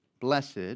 Blessed